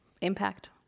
impact